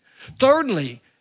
Thirdly